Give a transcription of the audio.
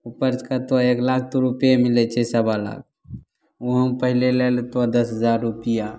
ऊपरसँ कहतहुँ एक लाख तऽ रूपे मिलैत छै सबा लाख ओहोमे पहिले लै लेतहुँ दश हजार रूपैआ